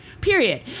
period